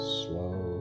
slow